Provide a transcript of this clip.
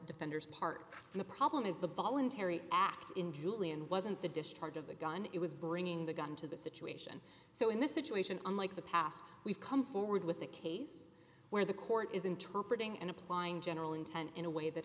defenders part of the problem is the voluntary act in julian wasn't the discharge of the gun it was bringing the gun to the situation so in this situation unlike the past we've come forward with a case where the court is interpret ing and applying general intent in a way that